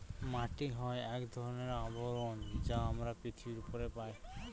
মাটি হয় এক ধরনের আবরণ যা আমরা পৃথিবীর উপরে পায়